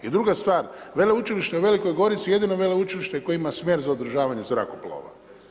I druga stvar, veleučilište u Velikoj Gorici jedino je veleučilište koje ima smjer za održavanje zrakoplova.